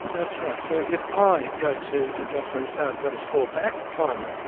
that's right. so if i go to a doctor and say i've got a sore back, fine.